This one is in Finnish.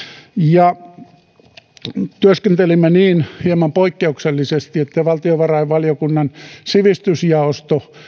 ja työskentelimme niin hieman poikkeuksellisesti että valtiovarainvaliokunnan sivistysjaosto